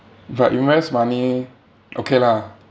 but invest money okay lah